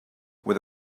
with